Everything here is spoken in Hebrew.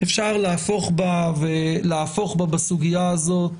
אפשר להפוך ולהפוך בסוגיה הזאת,